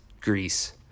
Greece